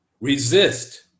Resist